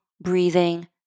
breathing